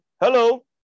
Hello